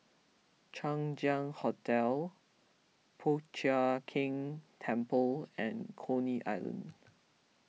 Chang Ziang Hotel Po Chiak Keng Temple and Coney Island